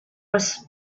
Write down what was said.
was